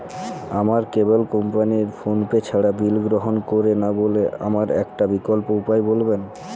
আমার cable company PhonePe ছাড়া bill গ্রহণ করে না বলে আমার একটা বিকল্প উপায় বলবেন?